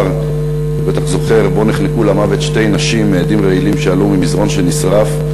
שבו נחנקו למוות שתי נשים מאדים רעילים שעלו ממזרון שנשרף,